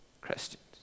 Christians